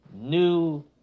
new